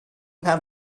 have